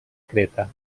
creta